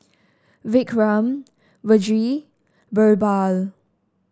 Vikram Vedre BirbaL